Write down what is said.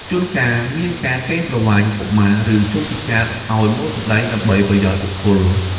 ជួនកាលមានការកេងប្រវ័ញ្ចកុមារ ឬជនពិការឱ្យមកសម្ដែងដើម្បីប្រយោជន៍បុគ្គល។